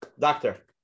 Doctor